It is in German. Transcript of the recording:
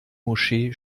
moschee